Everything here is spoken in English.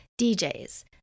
DJs